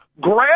Grab